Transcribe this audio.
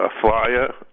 flyer